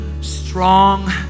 strong